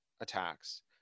attacks